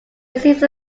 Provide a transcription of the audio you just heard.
receives